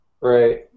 Right